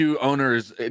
owners